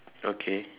okay